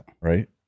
Right